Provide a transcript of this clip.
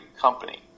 company